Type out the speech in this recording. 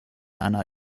einer